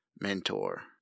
mentor